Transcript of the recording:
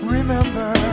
Remember